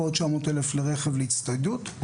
ועוד 900 אלף לרכב להצטיידות.